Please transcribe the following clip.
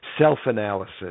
Self-analysis